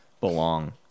belong